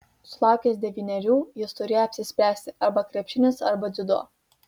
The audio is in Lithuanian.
sulaukęs devynerių jis turėjo apsispręsti arba krepšinis arba dziudo